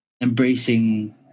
embracing